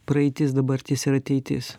praeitis dabartis ir ateitis